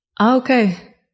Okay